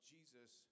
Jesus